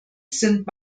sind